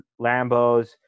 Lambos